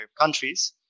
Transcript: countries